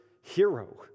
hero